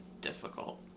difficult